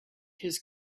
his